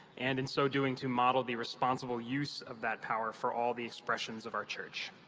and in so doing to model the responsible use of that power for all the expressions of our church.